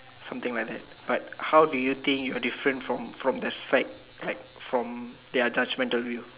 something like that but how do you think you are different from from the fact like from their judgemental view